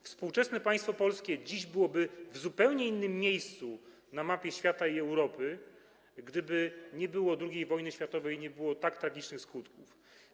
Współczesne państwo polskie dziś byłoby w zupełnie innym miejscu na mapie świata i Europy, gdyby nie było II wojny światowej i jej tak tragicznych skutków.